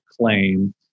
claim